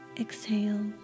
Exhale